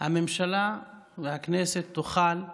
הממשלה והכנסת יוכלו